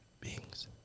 beings